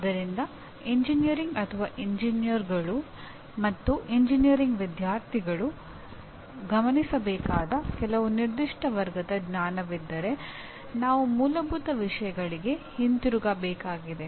ಆದ್ದರಿಂದ ಎಂಜಿನಿಯರಿಂಗ್ ಎಂಜಿನಿಯರ್ಗಳು ಮತ್ತು ಎಂಜಿನಿಯರಿಂಗ್ ವಿದ್ಯಾರ್ಥಿಗಳು ಗಮನಿಸಬೇಕಾದ ಕೆಲವು ನಿರ್ದಿಷ್ಟ ವರ್ಗದ ಜ್ಞಾನವಿದ್ದರೆ ನಾವು ಮೂಲಭೂತ ವಿಷಯಗಳಿಗೆ ಹಿಂತಿರುಗಬೇಕಾಗಿದೆ